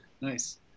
Nice